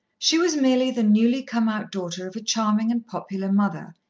she was merely the newly-come-out daughter of a charming and popular mother,